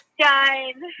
done